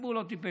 הציבור לא טיפש.